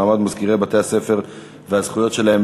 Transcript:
מעמד מזכירי בתי-הספר וזכויותיהם,